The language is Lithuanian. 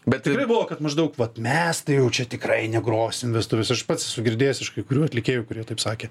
bet buvo kad maždaug vat mes tai jau čia tikrai negrosim vestuvėse aš pats esu girdėjęs iš kai kurių atlikėjų kurie taip sakė